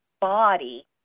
body